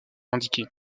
indiqués